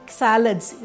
salads